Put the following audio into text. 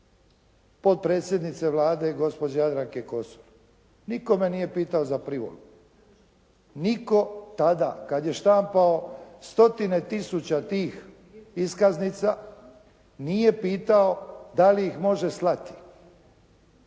potpredsjednice Vlade gospođe Jadranke Kosor. Nitko me nije pitao za privolu. Nitko tada kad je štampao stotina tisuća tih iskaznica nije pitao da li ih može slati,